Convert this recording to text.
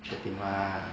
确定 mah